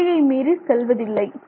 எல்லையை மீறி செல்வதில்லை